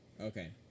Okay